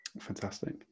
fantastic